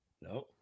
no